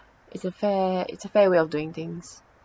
it's a fair it's a fair way of doing things